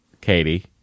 Katie